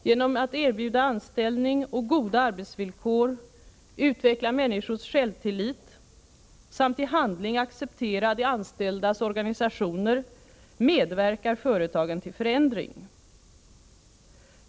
Genom att erbjuda anställning och goda arbetsvillkor, utveckla människors självtillit samt i handling acceptera de anställdas organisationer medverkar företagen till förändring.